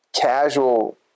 casual